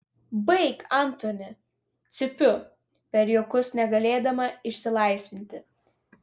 baik antoni cypiu per juokus negalėdama išsilaisvinti